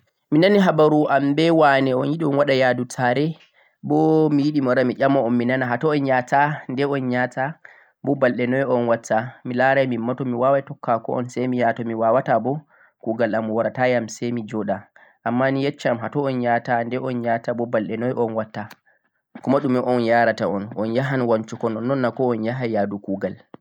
mi nani habaru an be wa'ne un yiɗi on waɗa yaadu 'tare', bo mi yiɗi mi ƴama un minana hatoy un ya ta?, dey un ya ta?, bo balɗe noy on watta?, mi laaray to min waaway tokkako on say mi ya ha to mi waawaata bo kuugal am horayam say mi joɗa, ammaa ni yeccam haa to on yahata?, nde on yahata?, bo balɗe noy on watta? Kuma ɗume on yahrata on, un ya han wancu go nonnon on na koo on yahan yahdu kuugal?.